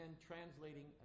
translating